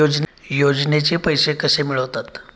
योजनेचे पैसे कसे मिळतात?